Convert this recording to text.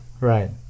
Right